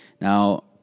Now